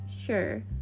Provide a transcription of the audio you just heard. sure